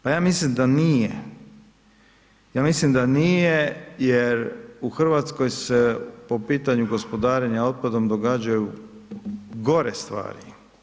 Ja mislim da nije, ja mislim da nije jer u Hrvatskoj se po pitanju gospodarenja otpadom događaju gore stvari.